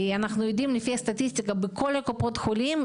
אנחנו יודעים שלפי הסטטיסטיקה בכל קופות החולים,